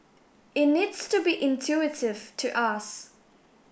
it needs to be intuitive to us